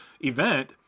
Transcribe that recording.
event